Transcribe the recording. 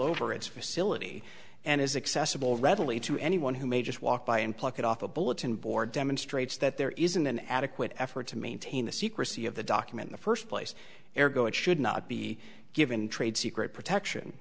over its facility and is excessive will readily to anyone who may just walk by and pluck it off a bulletin board demonstrates that there isn't an adequate effort to maintain the secrecy of the document the first place ere go it should not be given trade secret protection